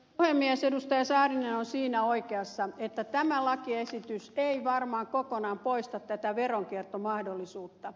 saarinen on siinä oikeassa että tämä lakiesitys ei varmaan kokonaan poista tätä veronkiertomahdollisuutta